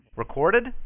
Recorded